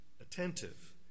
Attentive